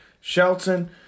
Shelton